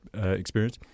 experience